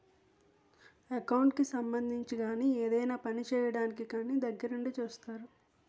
account కి సంబంధించి గాని ఏదైనా పని చేయడానికి కానీ దగ్గరుండి సూత్తారు